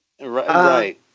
Right